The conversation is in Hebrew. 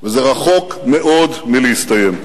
וזה רחוק מאוד מלהסתיים.